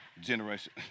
generation